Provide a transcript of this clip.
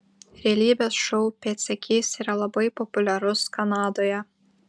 realybės šou pėdsekys yra labai populiarus kanadoje